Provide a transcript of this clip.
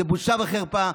זה בושה וחרפה,